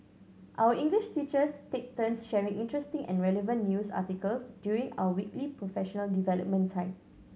our English teachers take turns sharing interesting and relevant news articles during our weekly professional development time